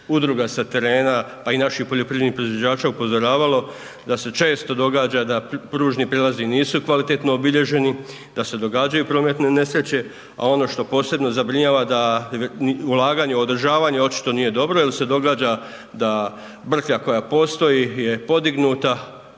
udruga sa terena pa i naših poljoprivrednih proizvođača upozoravalo da se često događa da pružni prijelazi nisu kvalitetno obilježeni, da se događaju prometne nesreće. A ono što posebno zabrinjava da ulaganje i održavanje očito nije dobro jel se događa da brklja koja postoji je podignuta,